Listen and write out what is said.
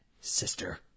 sister